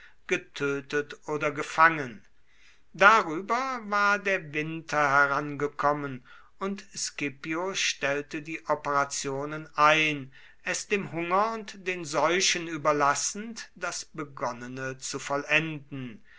getötet oder gefangen darüber war der winter herangekommen und scipio stellte die operationen ein es dem hunger und den seuchen überlassend das begonnene zu vollenden